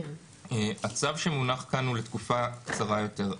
הצו שמונח כאן הוא לתקופה קצרה יותר.